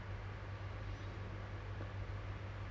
you will be scared lah because